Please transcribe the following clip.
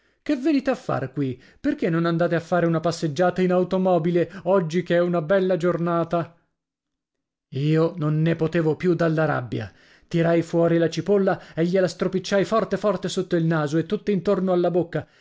che venite a far qui perché non andate a fare una passeggiata in automobile oggi che è una bella giornata io non ne potevo più dalla rabbia tirai fuori la cipolla e gliela stropicciai forte forte sotto il naso e tutt intorno alla bocca